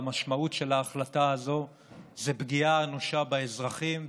המשמעות של ההחלטה הזו זאת פגיעה אנושה באזרחים,